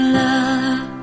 love